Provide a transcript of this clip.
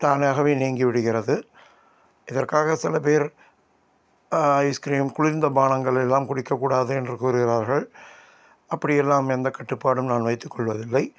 தானாகவே நீங்கி விடுகிறது இதற்காக சில பேர் ஐஸ்கிரீம் குளிர்ந்த பானங்களெல்லாம் குடிக்கக்கூடாது என்று கூறுகிறார்கள் அப்படியெல்லாம் எந்த கட்டுப்பாடும் நான் வைத்துக்கொள்வதில்லை